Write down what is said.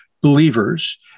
believers